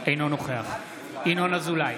אינו נוכח ינון אזולאי,